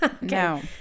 No